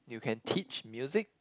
you can teach music